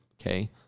okay